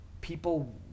people